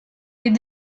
est